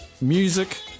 Music